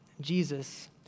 Jesus